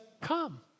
come